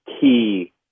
key